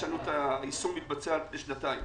היישום מתבצע על פני שנתיים.